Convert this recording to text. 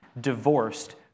divorced